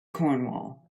cornwall